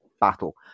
battle